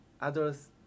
others